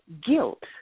Guilt